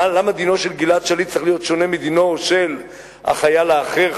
למה דינו של גלעד שליט צריך להיות שונה מדינו של החייל האחר,